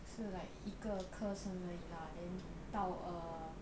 是 like 一个课程而已 lah then 到 err